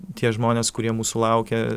tie žmonės kurie mūsų laukia